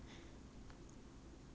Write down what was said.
ya my cats are sterilised